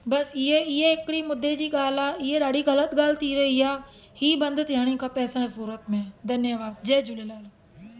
बसि ईए ईए हिकिड़ी मुद्दे जी ॻाल्हि आहे ईअ ॾाढी ग़लति ॻाल्हि थी वई आहे हीअ बंदि थियणी खपे असांजे सूरत में धन्यवाद जय झूलेलाल